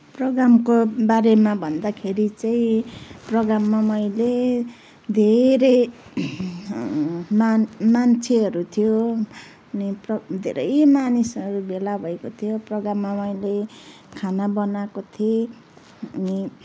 प्रोग्रामको बारेमा भन्दाखेरि चाहिँ प्रोग्राममा मैले धेरै मान्छे मान्छेहरू थियो अनि धेरै मानिसहरू भेला भएको थियो प्रोग्राममा मैले खाना बनाएको थिएँ अनि